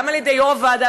וגם על-ידי יו"ר הוועדה,